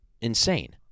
insane